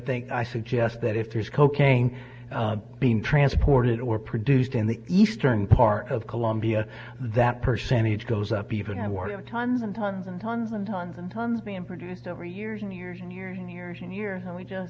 think i suggest that if there's cocaine being transported or produced in the eastern part of colombia that percentage goes up even and word of tons and tons and tons and tons and tons and produce over years and years and years and years and years and we just